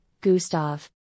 Gustav